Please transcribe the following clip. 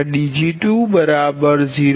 002Pg2 0